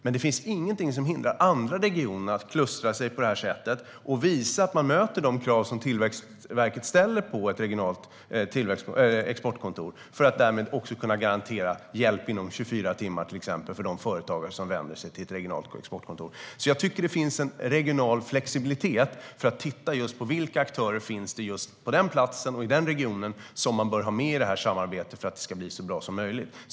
Men det finns ingenting som hindrar andra regioner att klustra sig på det här sättet och visa att de möter de krav som Tillväxtverket ställer på ett regionalt exportkontor och därmed också kunna garantera till exempel hjälp inom 24 timmar för de företagare som vänder sig till ett regionalt exportkontor. Jag tycker att det finns en regional flexibilitet när det gäller att titta på vilka aktörer som finns på en viss plats och i en viss region som man bör ha med i samarbetet för att det ska bli så bra som möjligt.